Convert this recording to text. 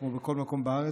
כמו בכל מקום בארץ,